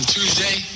Tuesday